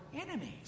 enemies